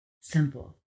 simple